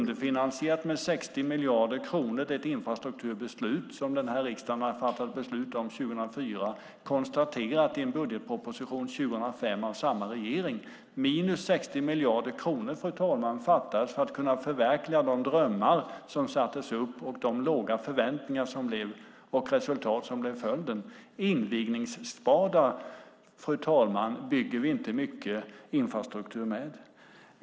Det infrastrukturbeslut som riksdagen hade fattat beslut om 2004 var underfinansierat med 60 miljarder, vilket konstaterades i en budgetproposition 2005 av samma regering. Det fattades 60 miljarder kronor, fru talman, för att kunna förverkliga de drömmar som sattes upp. Låga förväntningar och resultat blev följden. Invigningsspadar bygger vi inte mycket infrastruktur med.